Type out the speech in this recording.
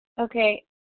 Okay